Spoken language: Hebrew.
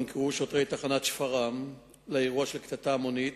נקראו שוטרי תחנת שפרעם לאירוע של קטטה המונית